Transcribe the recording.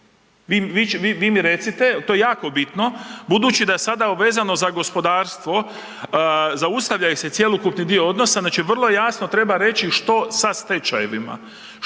Vi mi recite, to je jako bitno, budući da sada vezano za gospodarstvo, zaustavlja ih se cjelokupni dio odnosa, znači vrlo jasno treba reći što sa stečajevima.